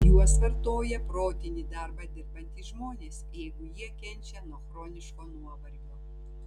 juos vartoja protinį darbą dirbantys žmonės jeigu jie kenčia nuo chroniško nuovargio